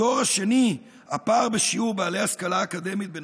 בדור השני הפער בשיעור בעלי השכלה אקדמית בין